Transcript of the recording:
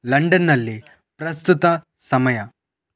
ಲಂಡನ್ನಲ್ಲಿ ಪ್ರಸ್ತುತ ಸಮಯ